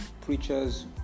preachers